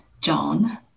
John